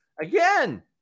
Again